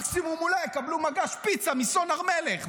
מקסימום אולי יקבלו מגש פיצה מסון הר מלך,